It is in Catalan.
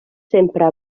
sempre